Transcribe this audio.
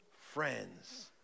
friends